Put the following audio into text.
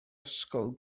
ysgol